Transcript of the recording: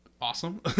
awesome